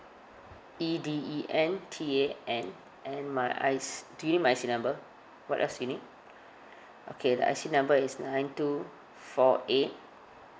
E D E N T A N and my I_C do you need my I_C number what else do you need okay the I_C number is nine two four eight